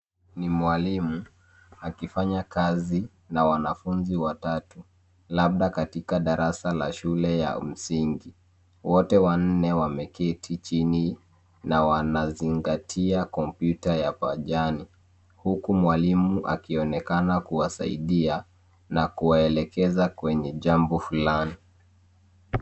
Ni mwalimu akifanya kazi na wanafunzi watatu, labda katika darasa la shule ya msingi. Wote wanne wameketi chini na wanazingatia kompyuta ya pajani huku mwalimu akionekana kuwasaidia na kuwaelekeza kwenye jambo fulani.